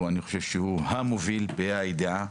אני חושב שהוא המוביל בה' הידיעה.